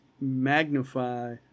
magnify